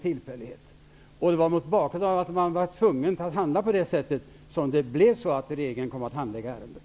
Det var mot bakgrund av att man var tvungen att handla som man gjorde, med det sätt på vilket regeringen handlade ärendet.